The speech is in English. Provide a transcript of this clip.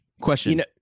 Question